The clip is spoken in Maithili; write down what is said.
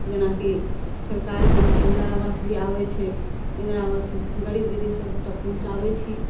जेनाकि सरकारीमे अहाँके इन्दिरा आवास भी आबै छै इन्दिरा आवास गरीब दीदी सभ तक पहुँचाबै छी